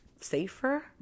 safer